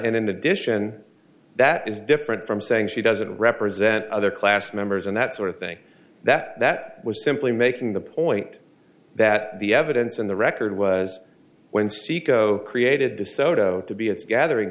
in addition that is different from saying she doesn't represent other class members and that sort of thing that that was simply making the point that the evidence in the record was when saeco created desoto to be its gathering